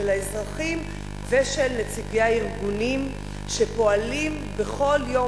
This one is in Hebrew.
של האזרחים ושל נציגי הארגונים שפועלים בכל יום